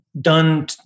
done